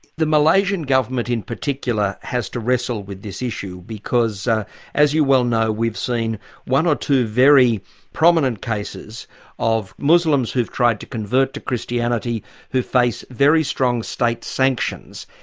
the malaysian government in particular has to wrestle with this issue because as you well know we've seen one or two very prominent cases of muslims who've tried to convert to christianity who face very strong state sanctions.